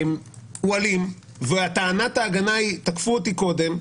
הוא אלים וטענת ההגנה היא "תקפו אותי קודם",